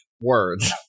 words